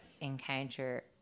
encounter